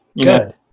Good